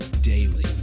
daily